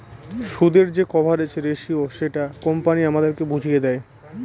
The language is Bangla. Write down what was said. সুদের যে কভারেজ রেসিও সেটা কোম্পানি আমাদের বুঝিয়ে দেয়